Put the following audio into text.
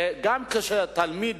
כדי שגם אם תלמיד